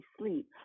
sleep